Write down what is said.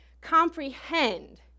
comprehend